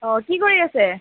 অঁ কি কৰি আছে